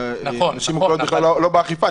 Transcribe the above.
אנשים עם מוגבלויות בכלל לא באכיפה,